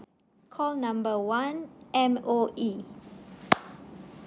call number one M_O_E